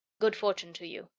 good fortune to you.